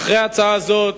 אחרי ההצעה הזאת,